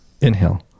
Inhale